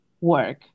work